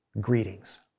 greetings